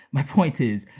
my point is,